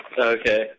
Okay